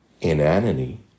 inanity